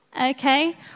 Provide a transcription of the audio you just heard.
Okay